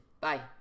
Bye